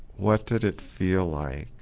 what did it feel like